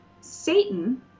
Satan